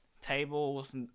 tables